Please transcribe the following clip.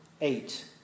eight